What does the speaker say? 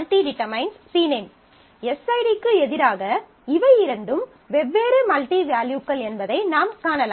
SID க்கு எதிராக இவை இரண்டும் வெவ்வேறு மல்டி வேல்யூக்கள் என்பதை நாம் காணலாம்